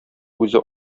үзе